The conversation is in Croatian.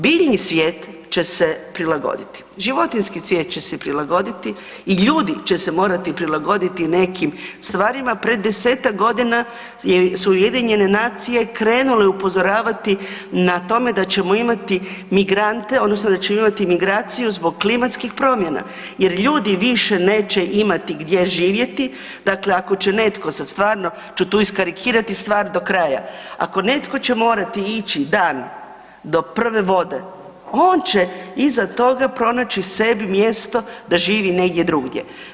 Biljni svijet će se prilagoditi, životinjski svijet će se prilagoditi i ljudi će se morati prilagoditi nekim stvarima, pred desetak godina su Ujedinjene nacije krenule upozoravati na tome da ćemo imati migrante odnosno da ćemo imati migraciju zbog klimatskih promjena jer ljudi više neće imati gdje živjeti, dakle ako će netko sad stvarno ću tu iskarikirati stvar do kraja, ako netko će morati ići dan do prve vode, on će iza toga pronaći sebi mjesto da živi negdje drugdje.